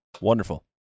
wonderful